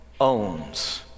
owns